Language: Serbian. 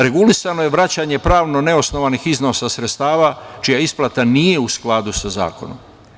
Regulisano je vraćanje pravno neosnovanih iznosa sredstava čija isplata nije u skladu sa zakonom.